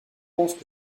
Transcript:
pensent